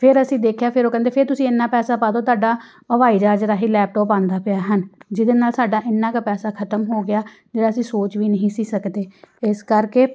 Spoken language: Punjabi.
ਫਿਰ ਅਸੀਂ ਦੇਖਿਆ ਫਿਰ ਉਹ ਕਹਿੰਦੇ ਫਿਰ ਤੁਸੀਂ ਇੰਨਾ ਪੈਸਾ ਪਾ ਦਿਉ ਤੁਹਾਡਾ ਹਵਾਈ ਜਹਾਜ ਰਾਹੀਂ ਲੈਪਟੋਪ ਆਉਂਦਾ ਪਿਆ ਹਨ ਜਿਹਦੇ ਨਾਲ ਸਾਡਾ ਇੰਨਾ ਕੁ ਪੈਸਾ ਖ਼ਤਮ ਹੋ ਗਿਆ ਜਿਹੜਾ ਅਸੀਂ ਸੋਚ ਵੀ ਨਹੀਂ ਸੀ ਸਕਦੇ ਇਸ ਕਰਕੇ